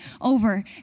over